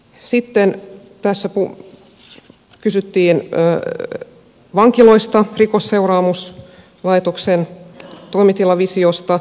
sitten tässä kysyttiin vankiloista rikosseuraamuslaitoksen toimitilavisiosta